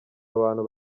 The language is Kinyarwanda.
abantu